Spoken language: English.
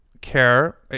care